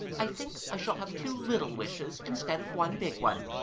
i think i shall have two little wishes instead of one big one